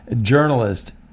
journalist